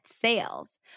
sales